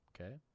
okay